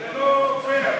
זה לא פייר.